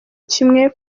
kimwe